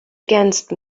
against